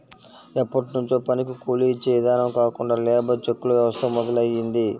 ఎప్పట్నుంచో పనికి కూలీ యిచ్చే ఇదానం కాకుండా లేబర్ చెక్కుల వ్యవస్థ మొదలయ్యింది